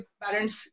parents